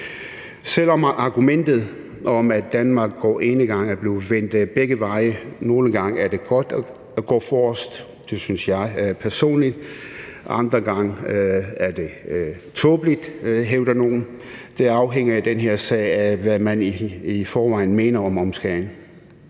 Selv om argumentet om, at Danmark går enegang, er blevet vendt begge veje, hævder nogle, at det er godt at gå forrest – det synes jeg personligt – mens det andre gange er tåbeligt. Det afhænger i den her sag af, hvad man i forvejen mener om omskæring.